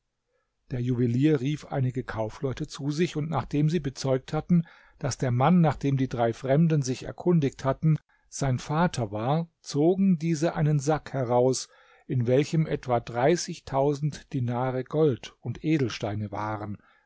der juwelier rief einige kaufleute zu sich und nachdem sie bezeugt hatten daß der mann nach dem die drei fremden sich erkundigt hatten sein vater war zogen diese einen sack heraus in welchem etwa dreißigtausend dinare gold und edelsteine waren